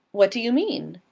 what do you mean?